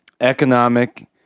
economic